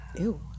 Ew